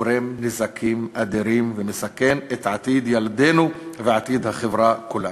גורם נזקים אדירים ומסכן את עתיד ילדינו ועתיד החברה כולה.